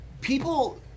people